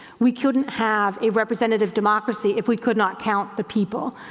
we couldn't have a representative democracy if we could not count the people.